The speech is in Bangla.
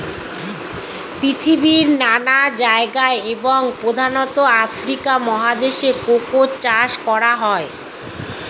পৃথিবীর নানা জায়গায় এবং প্রধানত আফ্রিকা মহাদেশে কোকো চাষ করা হয়